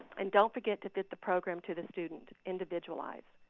and don't forget to fit the program to the student. individualize.